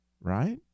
right